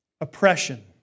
oppression